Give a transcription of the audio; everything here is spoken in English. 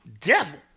devil